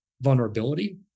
vulnerability